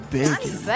bacon